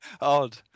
odd